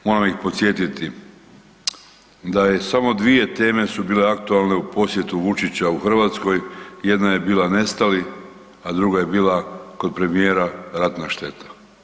Moram ih podsjetiti da su samo dvije teme bile aktualne o posjetu Vučića u Hrvatskoj, jedna je bila nestali, a druga je bila kod premijera ratna šteta.